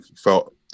felt